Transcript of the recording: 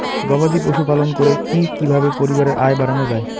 গবাদি পশু পালন করে কি কিভাবে পরিবারের আয় বাড়ানো যায়?